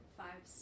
five